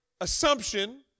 assumption